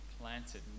planted